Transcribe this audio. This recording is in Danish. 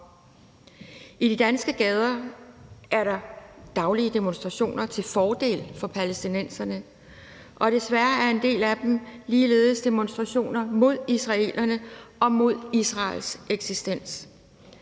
I de danske gader er der daglige demonstrationer til fordel for palæstinenserne, og desværre er en del af dem ligeledes demonstrationer mod israelerne og mod Israels eksistens.